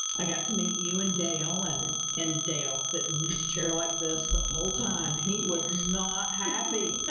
i got to meet you and dale and and dale sitting in his chair like this the whole time. he was not happy.